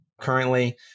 currently